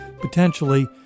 potentially